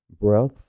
breath